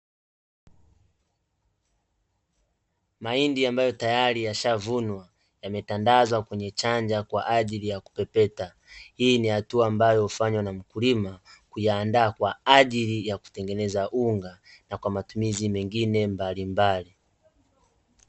Mahindi ambayo tayari yashaavunwa, yametandazwa kwenye chanja kwa ajili ya kupepeta. Hii ni hatua ambayo hufanywa na mkulima, kuyaandaa kwa ajili ya kutengeneza unga na kwa matumizi mengine mbalimbali.